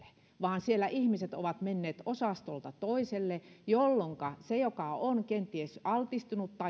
vaan siellä ihmiset ovat menneet osastolta toiselle jolloinka se joka on kenties altistunut